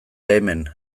hemen